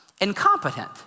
incompetent